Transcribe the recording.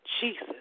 Jesus